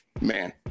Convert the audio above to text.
man